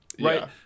right